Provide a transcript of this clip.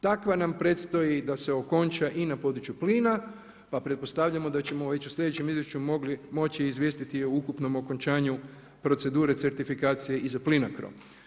Takva nam predstoji da se okonča i na području plina, pa pretpostavljamo da ćemo već u slijedećem idućem moći izvijestiti o ukupnom okončanju procedure certifikacije i za PLINCROM.